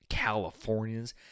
californians